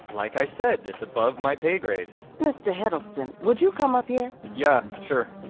like i said, it's above my pay grade mister heddleston, would you come up here? yeah, sure